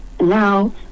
now